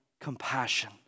compassion